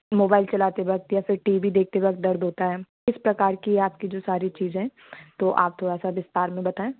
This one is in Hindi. मोबाइल चलाते वक़्त या फिर टी वी देखते वक़्त दर्द होता है इस प्रकार की आपकी जो सारी चीज़ें हैं तो आप थोड़ा सा विस्तार में बताएं